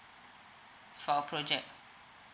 for a project